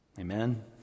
Amen